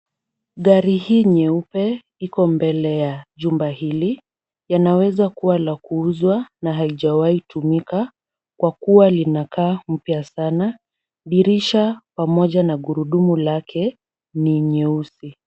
Gari hii nyeupe iko mbele ya jumba hili. Yanaweza kuwa la kuuzwa na haijawahi tumika kwa kuwa linakaa mpya sana. Dirisha pamoja na gurudumu lake ni nyeusi.